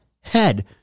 head